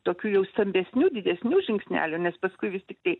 tokių jau stambesnių didesnių žingsnelių nes paskui vis tiktai